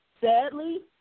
sadly